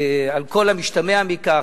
על כל המשתמע מכך,